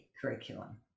curriculum